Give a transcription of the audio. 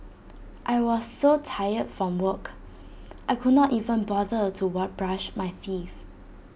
I was so tired from work I could not even bother to work brush my teeth